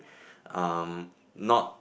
um not